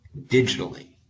digitally